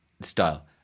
style